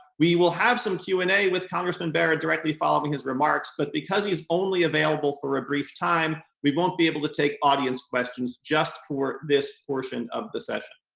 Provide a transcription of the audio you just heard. we will have some q and a with congressman bera directly following his remarks, but because he's only available for a brief time, we won't be able to take audience questions just for this portion of the session.